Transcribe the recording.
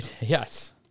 yes